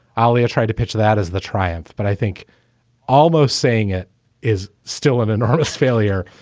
ali, i tried to pitch that as the triumph, but i think almost saying it is still an enormous failure.